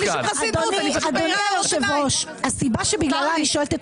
אין לי שום חסינות, אני פשוט מעירה הערות ביניים.